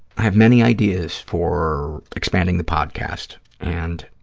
have many ideas for expanding the podcast and